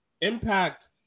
Impact